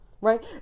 right